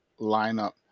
lineup